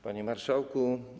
Panie Marszałku!